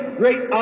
great